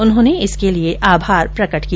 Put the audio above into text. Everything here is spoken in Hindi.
उन्होंने इसके लिए आभार प्रकट किया